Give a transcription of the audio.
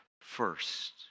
first